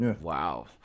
Wow